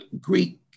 Greek